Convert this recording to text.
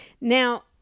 Now